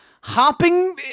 hopping